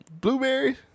Blueberries